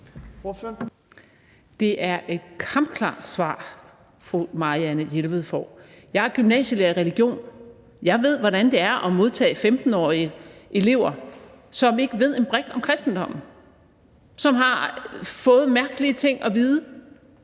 Det er et kampklart svar, fru Marianne Jelved får. Jeg er gymnasielærer i religion, jeg ved, hvordan det er at modtage 15-årige elever, som ikke ved en brik om kristendommen, og som har fået mærkelige ting at vide.